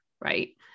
Right